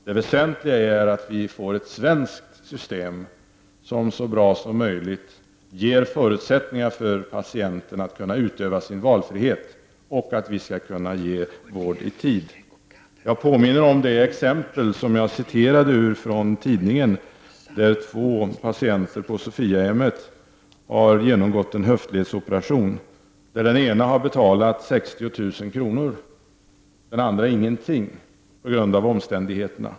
Det väsentliga är att vi får ett svenskt system, ett system som ger patienten bästa möjliga förutsättningar att kunna utöva sin valfrihet och som gör att vi kan ge vård i tid. Jag påminner om exemplet i tidningen som jag citerade ur, där två patien ter på Sophiahemmet hade genomgått en höftledsoperation. Den ena betalade 60 000 kr. och den andra ingenting på grund av omständigheterna.